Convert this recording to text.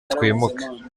twimuke